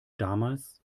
damals